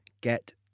get